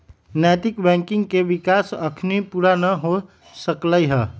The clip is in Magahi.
नैतिक बैंकिंग के विकास अखनी पुरा न हो सकलइ ह